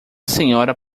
senhora